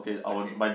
okay